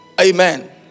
Amen